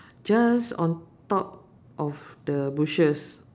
just on top of the bushes